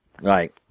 Right